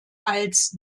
als